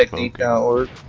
like our